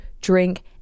drink